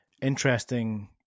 interesting